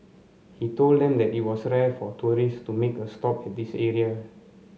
he told them that it was rare for tourist to make a stop at this area